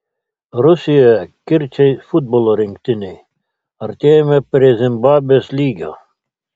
rusijoje kirčiai futbolo rinktinei artėjame prie zimbabvės lygio